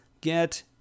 get